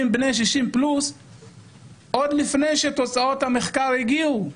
בני 60 פלוס עוד לפני שתוצאות המחקר הגיעו.